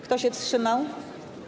Kto się wstrzymał?